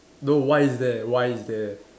no why is there why is there